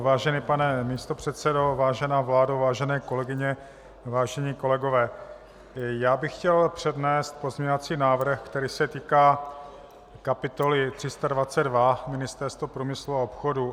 Vážený pane místopředsedo, vážená vládo, vážené kolegyně, vážení kolegové, já bych chtěl přednést pozměňovací návrh, který se týká kapitoly 322 Ministerstvo průmyslu a obchodu.